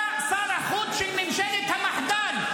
אתה שר החוץ של ממשלת המחדל.